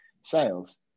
sales